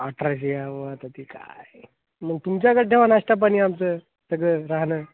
अठराशे अहो आता ती काय मग तुमच्याकडं ठेवा नाश्ता पाणी आमचं सगळं राहणं